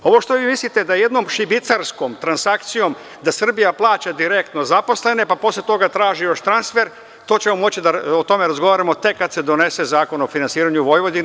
Ovo što mislite da jednom šibicarskom transakcijom Srbija plaća direktno zaposlene, pa posle toga da traži još transfer, o tome ćemo moći da razgovaramo tek kada se donese Zakon o finansiranju Vojvodine.